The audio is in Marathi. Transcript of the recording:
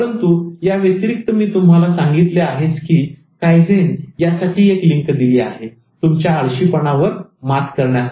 परंतु याव्यतिरिक्त मी तुम्हाला सांगितले आहेच की कायझेन Kaizen यासाठी एक लिंक दिली आहे तुमच्या आळशीपणा वर मात करण्यासाठी